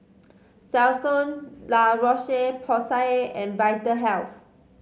Selsun La Roche Porsay and Vitahealth